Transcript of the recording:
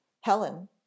Helen